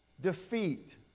defeat